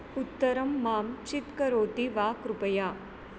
उत्तरं मां चीत्करोति वा कृपया